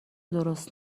درست